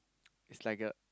it's like a